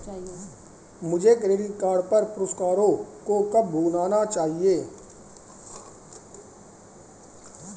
मुझे credit card पर पुरस्कारों को कब भुनाना चाहिए?